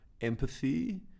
empathy